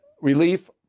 relief